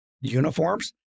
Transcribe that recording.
uniforms